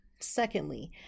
secondly